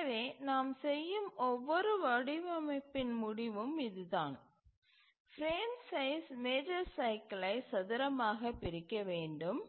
எனவே நாம் செய்யும் ஒவ்வொரு வடிவமைப்பின் முடிவும் இதுதான் பிரேம் சைஸ் மேஜர் சைக்கிலை சதுரமாகப் பிரிக்க வேண்டும்